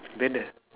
then there's